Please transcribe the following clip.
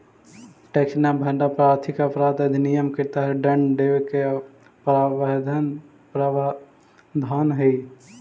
tax न भरला पर आर्थिक अपराध अधिनियम के तहत दंड देवे के प्रावधान हई